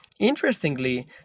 Interestingly